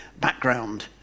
background